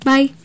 Bye